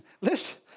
Listen